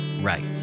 right